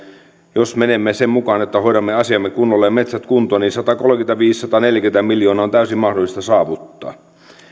jos menemme sen mukaan että hoidamme asiamme kunnolla ja metsät kuntoon niin satakolmekymmentäviisi viiva sataneljäkymmentä miljoonaa on täysin mahdollista saavuttaa